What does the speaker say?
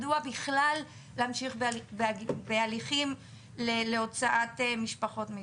מדוע בכלל להמשיך בהליכים להוצאת משפחות מישראל?